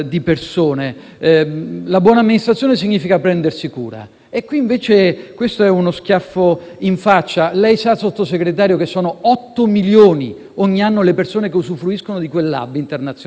invece, è uno schiaffo in faccia. Lei sa, Sottosegretario, che sono 8 milioni ogni anno le persone che usufruiscono di quell'*hub* internazionale, ogni giorno più di 18.000.